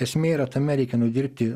esmė yra tame reikia nudirbti